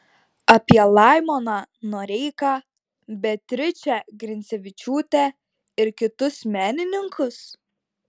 apie laimoną noreiką beatričę grincevičiūtę ir kitus menininkus